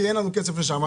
כי אין לנו כסף לשם.